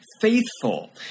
faithful